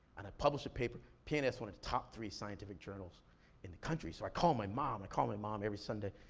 and i publish a paper, pnas, one of the top three scientific journals in the country, so i call my mom, i and call my mom every sunday.